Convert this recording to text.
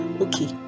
okay